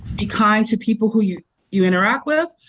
be kind to people who you you interact with,